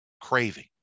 craving